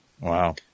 Wow